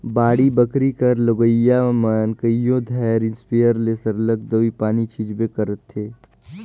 बाड़ी बखरी कर लगोइया मन कइयो धाएर इस्पेयर ले सरलग दवई पानी छींचबे करथंे